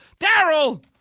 Daryl